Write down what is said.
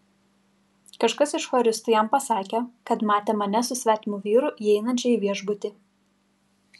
kažkas iš choristų jam pasakė kad matė mane su svetimu vyru įeinančią į viešbutį